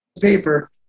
paper